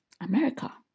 America